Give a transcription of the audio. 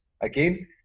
again